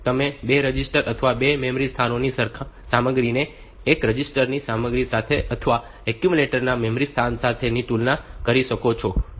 તમે 2 રજિસ્ટર અથવા મેમરી સ્થાનોની સામગ્રીને એક રજિસ્ટરની સામગ્રી સાથે અથવા એક્યુમ્યુલેટરના મેમરી સ્થાન સાથે તુલના કરી શકો છો